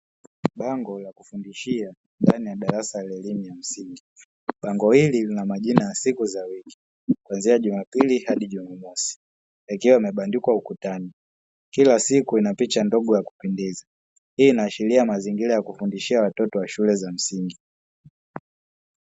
Bango la kufundishia ndani ya darasa la elimu ya msingi. Bango hili lina majina ya siku za wiki kuanzia jumapili hadi jumamosi likiwa limebandikwa ukutani kila siku ina picha ndogo ya kupendeza hii inaashiria mazingira ya kufundishia watoto wa shule za msingi.